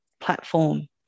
platform